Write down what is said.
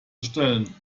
bestellen